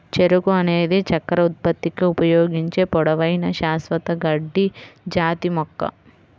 చెరకు అనేది చక్కెర ఉత్పత్తికి ఉపయోగించే పొడవైన, శాశ్వత గడ్డి జాతి మొక్క